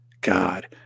god